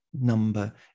number